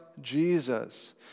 Jesus